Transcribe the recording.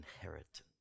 inheritance